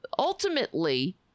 Ultimately